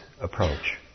approach